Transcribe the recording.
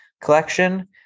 collection